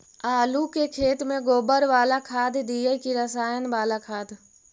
आलू के खेत में गोबर बाला खाद दियै की रसायन बाला खाद?